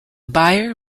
buyer